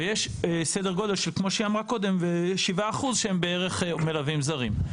ויש סדר גודל של בערך 7% שהם מלווים זרים.